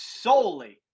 solely